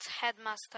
headmaster